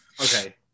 Okay